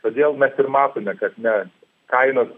todėl mes ir matome kad ne kainos